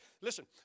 listen